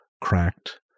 cracked